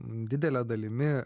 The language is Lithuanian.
didele dalimi